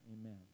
Amen